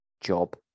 Job